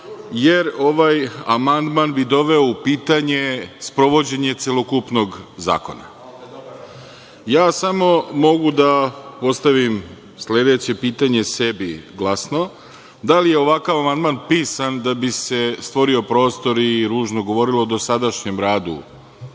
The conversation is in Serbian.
jer ovaj amandman bi doveo u pitanje sprovođenje celokupnog zakona. Ja samo mogu da postavim sledeće pitanje sebi, glasno - da li je ovakav amandman pisan da bi se stvorio prostor i ružno govorilo u dosadašnjem radu